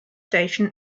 station